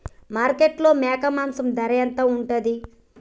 మార్కెట్లో మేక మాంసం ధర ఎంత ఉంటది?